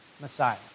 Messiah